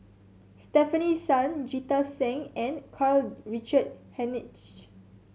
Stefanie Sun Jita Singh and Karl Richard Hanitsch